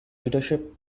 readership